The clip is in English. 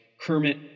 Kermit